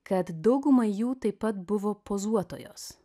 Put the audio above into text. kad dauguma jų taip pat buvo pozuotojos